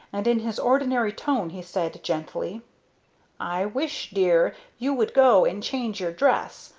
and in his ordinary tone he said, gently i wish, dear, you would go and change your dress.